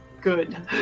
good